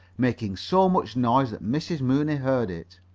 making so much noise that mrs. mooney heard it.